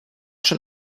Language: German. schon